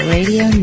Radio